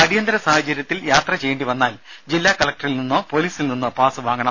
അടിയന്തര സാഹചര്യത്തിൽ യാത്ര ചെയ്യേണ്ടി വന്നാൽ ജില്ലാ കലക്ടറിൽ നിന്നോ പൊലീസിൽ നിന്നോ പാസ് വാങ്ങണം